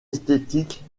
esthétique